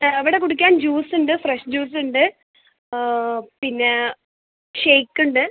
ആ ഇവിടെ കുടിക്കാൻ ജ്യൂസ് ഉണ്ട് ഫ്രഷ് ജ്യൂസ് ഉണ്ട് പിന്നെ ഷേക്ക് ഉണ്ട്